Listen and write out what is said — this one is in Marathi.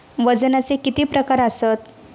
वजनाचे किती प्रकार आसत?